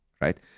right